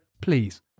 please